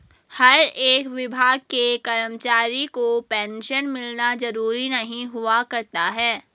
हर एक विभाग के कर्मचारी को पेन्शन मिलना जरूरी नहीं हुआ करता है